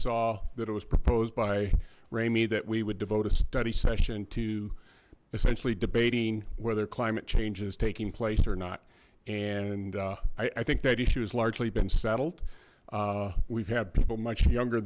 saw that it was proposed by ray me that we would devote a study session to essentially debating whether climate change is taking place or not and i think that issue has largely been settled we've had people much younger